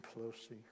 Pelosi